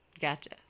Gotcha